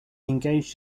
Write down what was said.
engaged